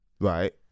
right